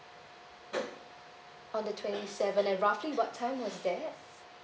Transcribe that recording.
on the twenty seventh and roughly what time was that